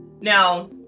Now